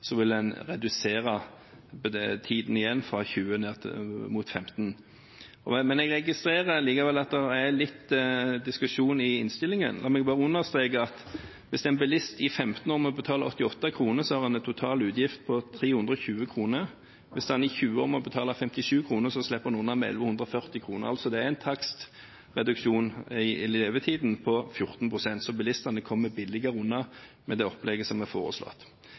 vil en redusere tiden igjen, fra 20 år ned mot 15 år. Jeg registrerer likevel at det er litt diskusjon i innstillingen. La meg understreke at hvis en bilist i 15 år må betale 88 kr, så har han totalt en utgift på 1 320 kr. Hvis bilisten må betale 57 kr i 20 år, slipper han unna med 1 140 kr. Det er altså en takstreduksjon på 14 pst. i levetiden. Så bilistene kommer billigere unna med det opplegget